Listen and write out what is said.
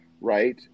right